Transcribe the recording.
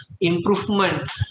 improvement